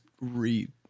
read